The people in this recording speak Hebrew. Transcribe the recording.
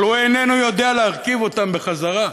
אבל הוא איננו יודע להרכיב אותם בחזרה.